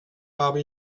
habe